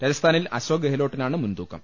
രാജസ്ഥാനിൽ അശോക് ഗെഹ്ലോട്ടിനാണ് മുൻതൂ ക്കം